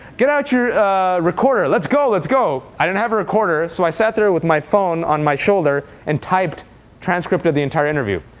get out your recorder. let's go, let's go. i didn't have a recorder, so i sat there with my phone on my shoulder and typed transcript of the entire interview.